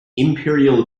imperial